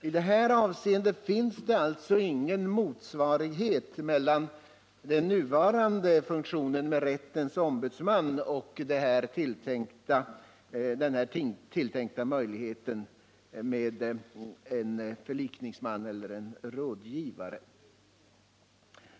I det avseendet råder det alltså inget motsvarighetsförhållande mellan den nuvarande funktionen med rättens ombudsman och den tilltänkta möjligheten med en förlikningsman eller en rådgivare.